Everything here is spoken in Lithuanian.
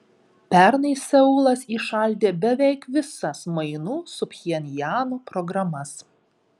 pernai seulas įšaldė beveik visas mainų su pchenjanu programas